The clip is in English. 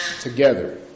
together